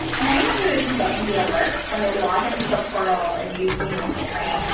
and anyone who isn't getting the alerts when they log into the portal, if you see my screen,